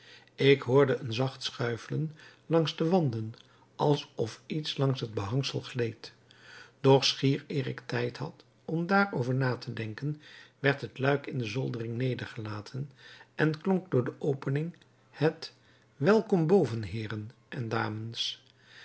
ik hoorde een zacht schuifelen langs de wanden alsof iets langs het behangsel gleed doch schier eer ik tijd had om daarover na te denken werd het luik in de zoldering nedergelaten en klonk door de opening het welkom boven heeren en dames